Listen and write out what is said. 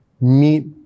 Meet